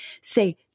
Say